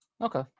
Okay